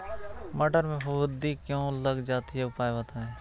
मटर में फफूंदी क्यो लग जाती है उपाय बताएं?